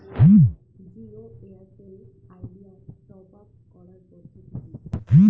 Jio Airtel Idea top up করার পদ্ধতি কি?